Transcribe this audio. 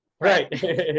Right